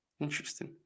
Interesting